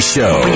Show